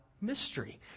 mystery